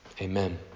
Amen